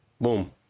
Boom